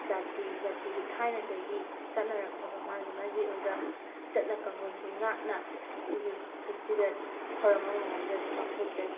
ꯖꯥꯇꯤ ꯖꯥꯇꯤꯒꯤ ꯊꯥꯏꯅꯗꯒꯤ ꯆꯠꯅꯔꯛꯂꯕ ꯃꯥꯒꯤ ꯃꯥꯒꯤ ꯑꯣꯏꯕ ꯆꯠꯅ ꯀꯥꯟꯂꯣꯟꯁꯤꯡ ꯉꯥꯛꯅ ꯑꯩꯈꯣꯏꯒꯤ ꯐꯦꯁꯇꯤꯚꯦꯜ ꯊꯧꯔꯝ ꯑꯃꯃꯝꯗꯤ ꯑꯗꯨꯝ ꯄꯥꯡꯊꯣꯛꯆꯩ